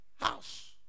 house